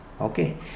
Okay